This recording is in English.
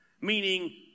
meaning